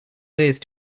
lathe